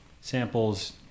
samples